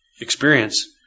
experience